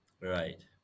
Right